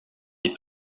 des